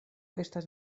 estas